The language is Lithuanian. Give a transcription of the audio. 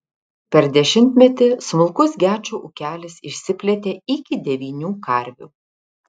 per dešimtmetį smulkus gečų ūkelis išsiplėtė iki devynių karvių